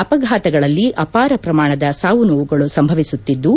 ಅಪಘಾತಗಳಲ್ಲಿ ಅಪಾರ ಪ್ರಮಾಣದ ಸಾವುನೋವುಗಳು ಸಂಭವಿಸುತ್ತಿದ್ದು